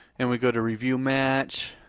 and we go to review match,